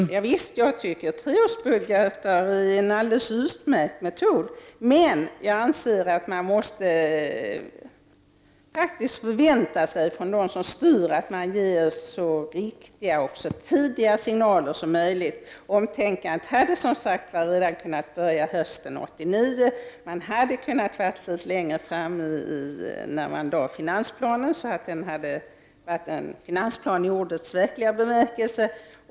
Herr talman! Ja visst, jag tycker att treårsbudgetar är en alldeles utmärkt metod, men jag anser att man av dem som styr måste förvänta sig att de ger så riktiga och så tidiga signaler som möjligt. Omtänkandet hade alltså kunnat börja redan hösten 1989. Det hade varit möjligt för regeringen att befinna sig litet längre fram när den presenterade finansplanen, så att denna hade varit en finansplan i ordets verkliga bemärkelse.